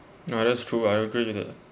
yeah that's true I agree with that